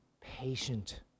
patient